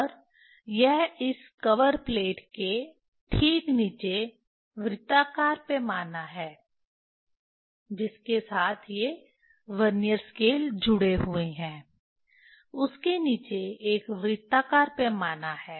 और यह इस कवर प्लेट के ठीक नीचे वृत्ताकार पैमाना है जिसके साथ ये वर्नियर स्केल जुड़े हुए हैं उसके नीचे एक वृत्ताकार पैमाना है